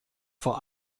vor